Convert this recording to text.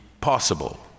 possible